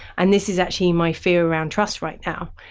and this is actually my fear around trust right now,